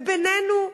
בינינו,